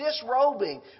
disrobing